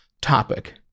topic